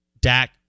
Dak